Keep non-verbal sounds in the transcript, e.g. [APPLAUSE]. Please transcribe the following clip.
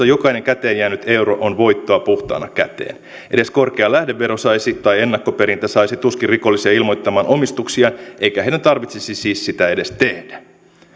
[UNINTELLIGIBLE] jokainen käteen jäänyt euro on voittoa puhtaana käteen edes korkea lähdevero tai ennakkoperintä saisi tuskin rikollisia ilmoittamaan omistuksiaan eikä heidän tarvitsisi siis sitä edes tehdä